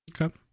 Okay